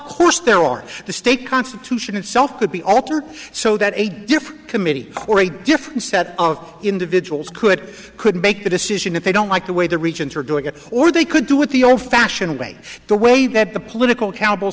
course there are the state constitution itself could be altered so that a different committee or a different set of individuals could could make the decision if they don't like the way the regions are doing it or they could do it the old fashioned way the way that the political c